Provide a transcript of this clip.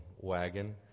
wagon